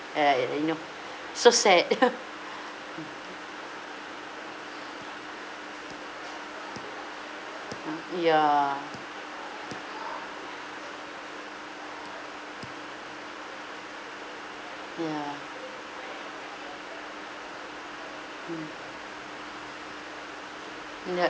like you know so sad ah ya ya mm that